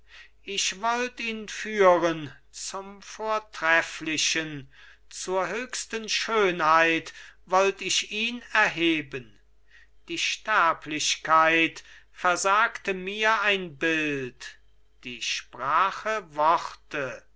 ich wollt ihn führen zum vortrefflichen zur höchsten schönheit wollt ich ihn erheben die sterblichkeit versagte mir ein bild die sprache worte